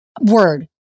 word